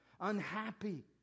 unhappy